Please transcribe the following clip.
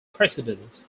president